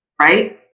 right